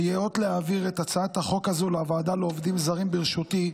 שייאות להעביר את הצעת החוק הזאת לוועדה לעובדים זרים בראשותי.